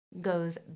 goes